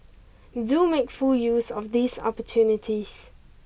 do make full use of these opportunities